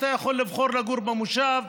אתה יכול לבחור לגור במושב,